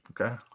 okay